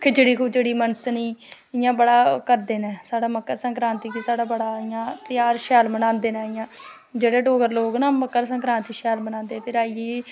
खिचड़ी खुचड़ी मनसनी इ'यां बड़ा करदे नै साढ़ा मक्कर संकरांती बड़ा कि साढ़ा बड़ा इ'यां ध्याहर शैल बनांदे नै इ'यां जेह्ड़े डोगरा लोक न मक्कर संकरांती शैल बनांदे फिर आई गेई